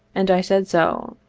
and i said so.